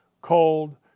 cold